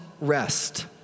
rest